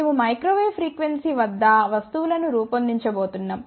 మేము microwave frequency వద్ద వస్తువులను రూపొందించబోతున్నాం